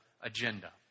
agenda